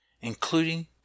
including